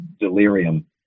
delirium